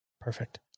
Perfect